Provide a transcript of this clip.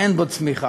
אין בו צמיחה,